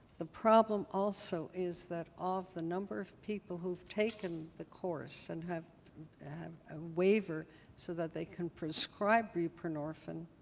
the problem also is that of the number of people who've taken the course and have have a waiver so that they can prescribe buprenorphine,